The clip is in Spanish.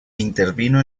intervino